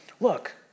look